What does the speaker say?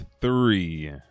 three